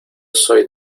soy